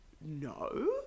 no